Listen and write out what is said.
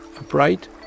upright